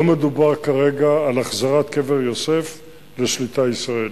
לא מדובר כרגע על החזרת קבר יוסף לשליטה ישראלית.